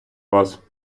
вас